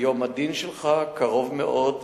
"יום הדין שלך קרוב מאוד,